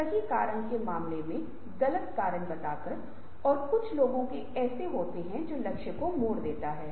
यदि आप तकनीक में विचार विकसित कर रहे हैं तो इसके लिए अवसर पहचान की आवश्यकता होती है